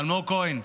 אלמוג כהן,